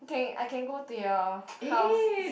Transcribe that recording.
can I can go to your house